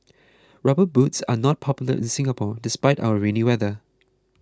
rubber boots are not popular in Singapore despite our rainy weather